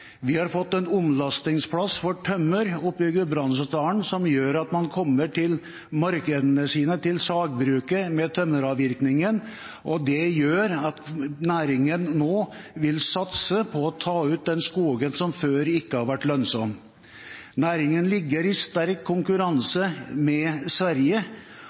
Vi har fått en omlastingsplass for tømmer i Gudbrandsdalen, som gjør at man kommer til markedene sine, til sagbruket, med tømmeravvirkningen, og det gjør at næringen nå vil satse på å ta ut den skogen som før ikke har vært lønnsom. Næringen ligger i sterk konkurranse med Sverige,